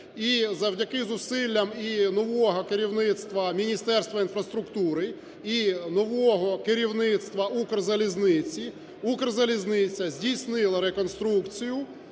І завдяки зусиллям і нового керівництва Міністерства інфраструктури, і нового керівництва "Укрзалізниці", "Укрзалізниця" здійснила реконструкцію